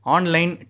Online